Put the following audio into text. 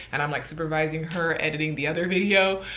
and i'm like supervising her editing the other video.